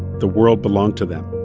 the world belonged to them.